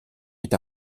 est